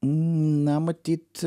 na matyt